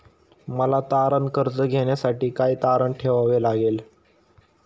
मला तारण कर्ज घेण्यासाठी काय तारण ठेवावे लागेल?